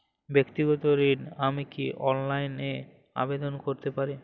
ব্যাক্তিগত ঋণ আমি কি অনলাইন এ আবেদন করতে পারি?